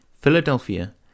Philadelphia